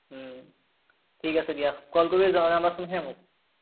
ঠিক আছে দিয়া কল কৰি জনাবাচোন হে মোক